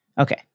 Okay